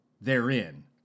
therein